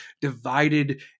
divided